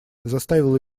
заставил